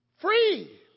Free